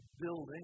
building